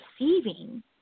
receiving